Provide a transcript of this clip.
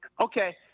Okay